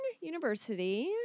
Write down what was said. University